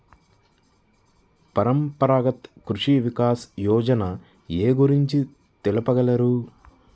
పరంపరాగత్ కృషి వికాస్ యోజన ఏ గురించి తెలుపగలరు?